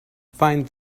find